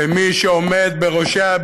ומי שעומד בראשה,